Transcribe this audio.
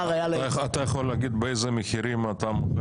אתה יכול להגיד באיזה מחירים אתה מוכר